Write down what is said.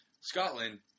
Scotland